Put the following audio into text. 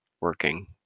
working